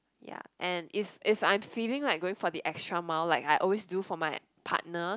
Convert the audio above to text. ya and if if I'm feeling like going for the extra mile like I always do for my partner